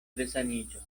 resaniĝo